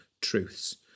truths